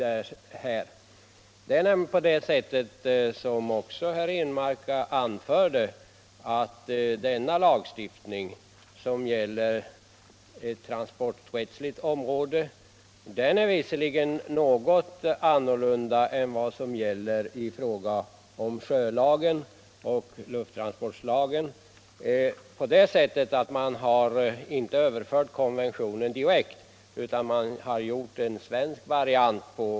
Det är ju på det sättet — som också herr Henmark anförde — att denna lagstiftning, vilken gäller ett transporträttsligt område, visserligen är något annorlunda än sjölagen och luftfartslagen genom att man inte överfört konventionen direkt utan gjort en svensk variant.